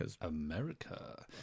America